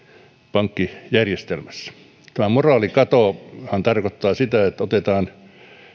pankkijärjestelmässä tämä moraalikatohan tarkoittaa sitä että otetaan